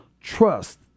trust